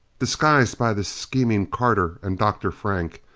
disguised by the scheming carter and dr. frank,